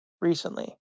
recently